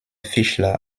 fischler